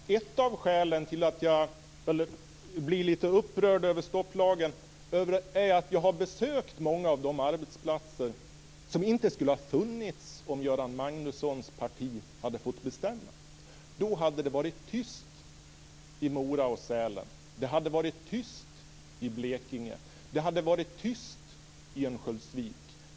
Fru talman! Ett av skälen till att jag blir lite upprörd över stopplagen är att jag har besökt många av de arbetsplatser som inte skulle ha funnits om Göran Magnussons parti hade fått bestämma. Då hade det varit tyst i Mora och Sälen. Det hade varit tyst i Blekinge. Det hade varit tyst i Örnsköldsvik.